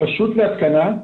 פשוט להתקנה,